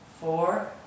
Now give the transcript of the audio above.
four